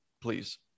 please